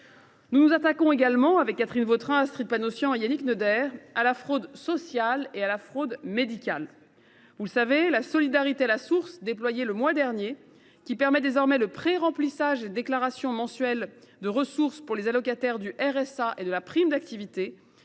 Nous nous attaquons également, avec Catherine Vautrin, Astrid Panosyan Bouvet et Yannick Neuder, à la fraude sociale et à la fraude médicale. La solidarité à la source déployée le mois dernier, qui permet désormais le préremplissage des déclarations mensuelles de ressources pour les allocataires du revenu de solidarité active